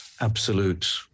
absolute